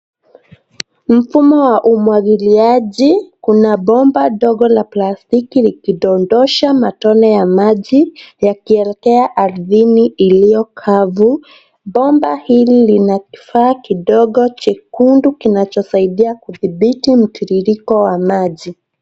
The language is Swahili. Mfumo wa umwagiliaji, kuna bomba ndogo la plastiki likidodosha matone ya maji yakielekea ardhini iliokavu. Bomba hili lina kifaa kidogo chekundu kinachosaidia kudhibiti mtiririko wa maji.